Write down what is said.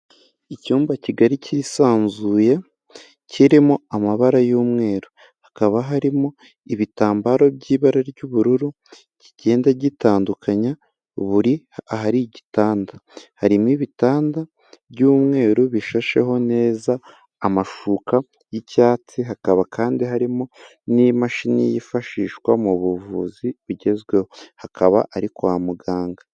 Icyumba kigari cyisanzuye kirimo amabara y'umweru, hakaba harimo ibitambaro by'ibara ry'ubururu kigenda gitandukanye buri ahari igitanda. Harimo ibitanda by'umweru bishasheho neza amashuka y'icyatsi hakaba kandi harimo n'imashini yifashishwa mu buvuzi bugezweho, hakaba ari kwa muganga.